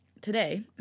today